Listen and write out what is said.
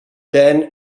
then